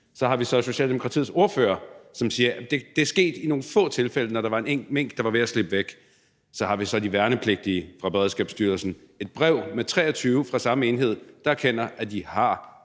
Så har vi Socialdemokratiets ordfører, som siger, at det er sket i nogle få tilfælde, når der var en mink, der var ved at slippe væk. Så har vi så de 23 værnepligtige fra samme enhed i Beredskabsstyrelsen, som i et brev erkender, at de har